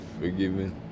forgiven